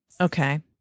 Okay